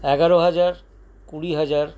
এগারো হাজার কুড়ি হাজার